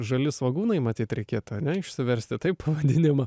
žali svogūnai matyt reikėtų ane išsiversti taip pavadinamą